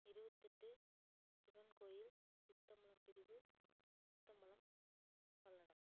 இருபத்தெட்டு சிவன் கோயில் சித்தம்பலம் பிரிவு சித்தம்பலம் பல்லடம்